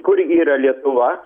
kur yra lietuva